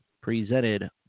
presented